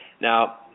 Now